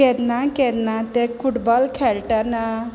केन्ना केन्ना ते फुटबॉल खेळटाना